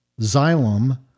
Xylem